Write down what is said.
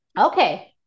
Okay